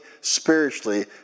spiritually